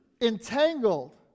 entangled